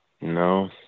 No